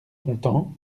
content